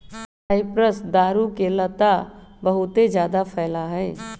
cypress दारू के लता बहुत जादा फैला हई